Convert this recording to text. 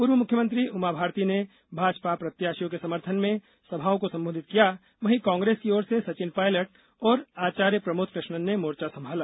पूर्व मुख्यमंत्री उमा भारती ने भाजपा प्रत्याशियों के समर्थन में सभाओं को संबोधित किया वहीं कांग्रेस की ओर से सचिन पायलट और आचार्य प्रमोद कृष्णन ने मोर्चा संभाला